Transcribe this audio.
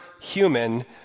human